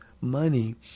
money